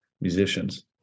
musicians